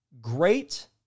great